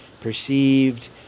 Perceived